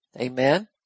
Amen